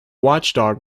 watchdog